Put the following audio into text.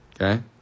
Okay